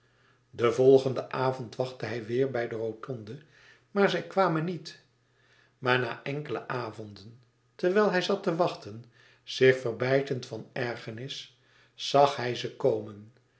den volgenden avond wachtte hij weêr bij de rotonde maar zij kwamen niet maar na enkele avonden terwijl hij zat te wachten zich verbijtend van ergernis zag hij ze komen